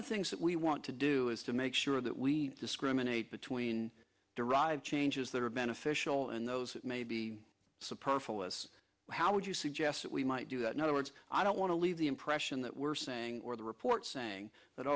one things that we want to do is to make sure that we discriminate between derive changes that are beneficial and those that may be suppressed phyllis how would you suggest that we might do that in other words i don't want to leave the impression that we're saying or the report saying that